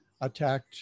attacked